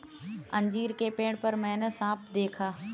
अंजीर के पेड़ पर मैंने साँप देखा